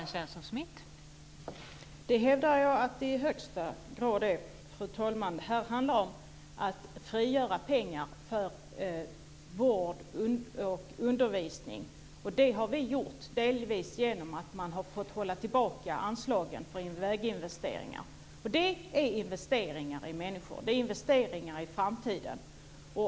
Fru talman! Det hävdar jag att det i högsta grad är. Detta handlar om att frigöra pengar för vård och undervisning. Det har vi gjort delvis genom att vi har fått hålla tillbaka anslagen för väginvesteringar. Det är investeringar i människor. Det är investeringar i framtiden.